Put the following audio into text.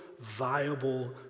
viable